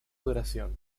duración